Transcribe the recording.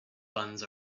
buns